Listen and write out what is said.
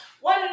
one